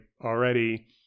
already